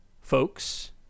folks